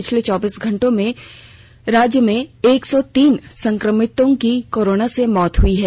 पिछले चौबीस घंटों के दौरान राज्य में एक सौ तीन संक्रमितों की कोरोना से मौत हुई है